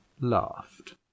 laughed